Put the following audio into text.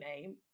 name